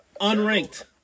Unranked